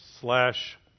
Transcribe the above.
slash